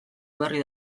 berri